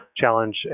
Challenge